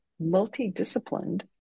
multidisciplined